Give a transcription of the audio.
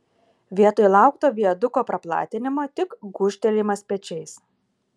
vietoj laukto viaduko praplatinimo tik gūžtelėjimas pečiais